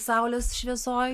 saulės šviesoj